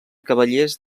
cavallers